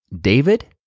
David